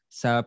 sa